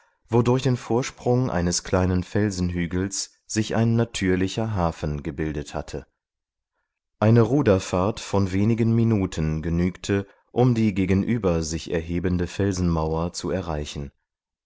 durch den vorsprung eines kleinen felsenhügels sich ein natürlicher hafen gebildet hatte eine ruderfahrt von wenigen minuten genügte um die gegenüber sich erhebende felsenmauer zu erreichen